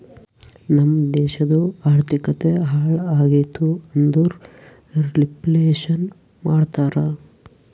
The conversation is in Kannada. ನಮ್ ದೇಶದು ಆರ್ಥಿಕತೆ ಹಾಳ್ ಆಗಿತು ಅಂದುರ್ ರಿಫ್ಲೇಷನ್ ಮಾಡ್ತಾರ